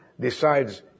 decides